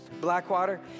Blackwater